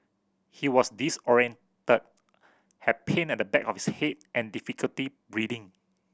he was disorientated had pain at the back of his head and difficulty breathing